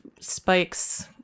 Spike's